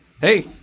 hey